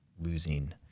losing